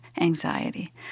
anxiety